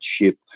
ship